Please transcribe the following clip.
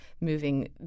moving